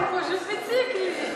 הוא פשוט מציק לי.